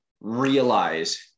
realize